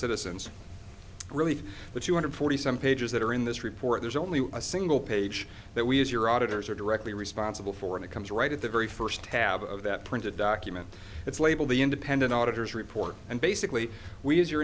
citizens really the two hundred forty some pages that are in this report there's only a single page that we as your auditors are directly responsible for and it comes right at the very first tab of that printed document it's laid all the independent auditor's report and basically we as your